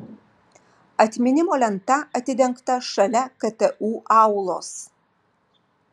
atminimo lenta atidengta šalia ktu aulos